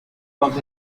was